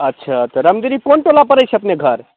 अच्छा तऽ रामगिरी कोन टोला पड़ै छै अपनेके घर